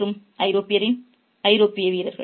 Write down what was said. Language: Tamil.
மற்றும் ஐரோப்பிய வீரர்கள்